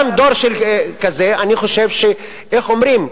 איך אומרים,